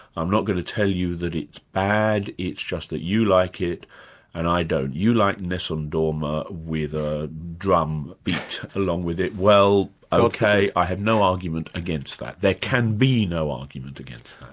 i'm not going to tell you that it's bad, it's just that you like it and i don't. you like nessun dorma with a drumbeat along with it, well, ok, i have no argument against that. there can be no argument against